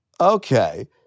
okay